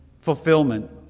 fulfillment